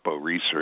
research